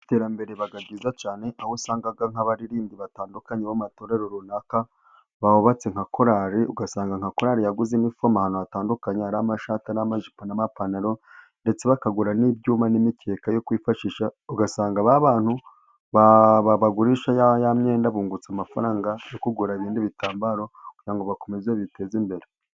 Iterambere riba ryiza cyane aho usanga nk'abaririmbyi batandukanye b'amatorero runaka bubatse nka korali. Ugasanga nka korali yaguze inifomo ahantu hatandukanye ari amashati, n'amajipo, n'amapantaro. Ndetse bakagura n'iibyuma, n'imikeka yo kwifashisha ugasanga nka ba bantu babagurisha ya myenda bungutse amafaranga yo kugura ibindi bitambaro kugira ngo bakomeze biteze imbere.